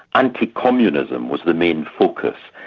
anti-communism was the main focus,